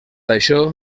això